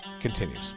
continues